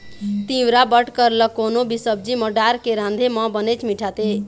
तिंवरा बटकर ल कोनो भी सब्जी म डारके राँधे म बनेच मिठाथे